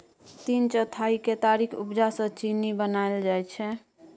तीन चौथाई केतारीक उपजा सँ चीन्नी बनाएल जाइ छै